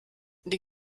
die